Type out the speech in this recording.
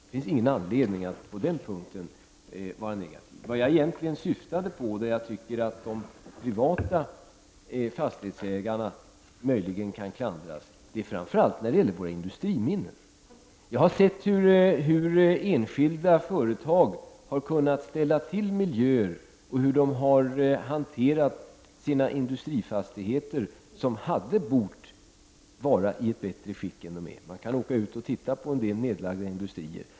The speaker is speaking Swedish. Det jag egentligen syftade på när jag sade att jag tyckte att de privata fastighetsägarna möjligen kan klandras var framför allt våra industriminnen. Jag har sett hur enskilda företag har kunnat ställa till miljöer och hur de har hanterat sina industrifastigheter, som hade bort vara i ett bättre skick än de är. Man kan åka ut och titta på en del nedlagda industrier.